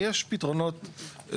ויש פתרונות.